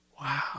wow